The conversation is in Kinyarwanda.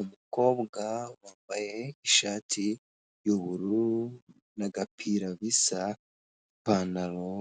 Umukobwa wambaye ishati y'ubururu n'agapira bisa ipantaro,